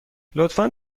لطفا